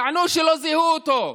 טענו שלא זיהו אותו.